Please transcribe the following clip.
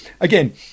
again